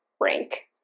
rank